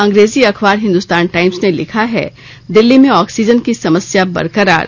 अंग्रेजी अखबार हिंदुस्तान टाईम्स ने लिखा है दिल्ली में ऑक्सीजन की समस्या बरकरार